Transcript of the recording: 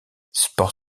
sport